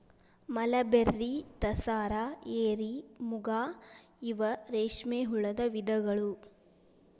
mulberry, tasar, eri, muga ಇವ ರೇಶ್ಮೆ ಹುಳದ ವಿಧಗಳು